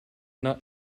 not